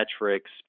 metrics